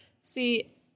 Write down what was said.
See